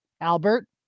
Albert